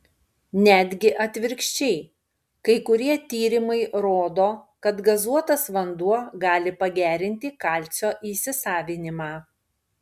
netgi atvirkščiai kai kurie tyrimai rodo kad gazuotas vanduo gali pagerinti kalcio įsisavinimą